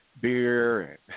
beer